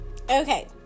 okay